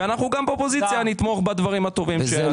וגם באופוזיציה נתמוך בדברים הטובים.